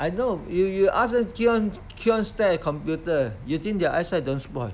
I know you you ask them keep on keep on stare at computer you think their eyesight don't spoil